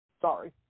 sorry